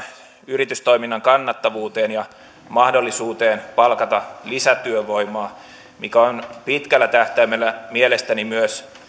yritystoiminnan kannattavuuteen ja mahdollisuuteen palkata lisätyövoimaa mikä on pitkällä tähtäimellä mielestäni myös